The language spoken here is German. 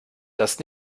das